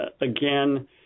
again